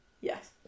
Yes